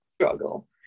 struggle